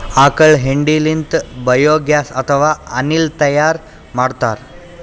ಆಕಳ್ ಹೆಂಡಿ ಲಿಂತ್ ಬಯೋಗ್ಯಾಸ್ ಅಥವಾ ಅನಿಲ್ ತೈಯಾರ್ ಮಾಡ್ತಾರ್